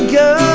go